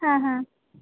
ಹಾಂ ಹಾಂ